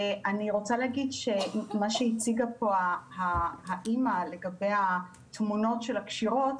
מה שהציגה פה האם לגבי תמונות הקשירות,